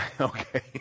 Okay